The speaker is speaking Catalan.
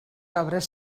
obres